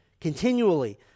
continually